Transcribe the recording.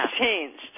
changed